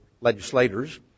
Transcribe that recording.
legislators